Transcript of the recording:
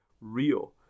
real